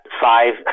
five